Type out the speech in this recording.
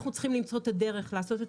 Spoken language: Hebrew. אנחנו צריכים למצוא את הדרך לעשות את